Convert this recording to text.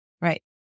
Right